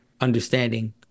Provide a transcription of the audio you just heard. understanding